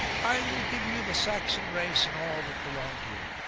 i will give you the saxon race and all that belong to it.